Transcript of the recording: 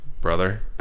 brother